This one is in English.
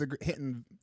hitting